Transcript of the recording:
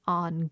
on